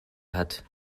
hat